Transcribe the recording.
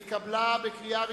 לוועדת החוקה, חוק ומשפט נתקבלה.